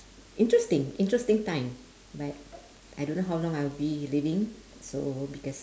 interesting interesting time but I don't know how long I'll be living so because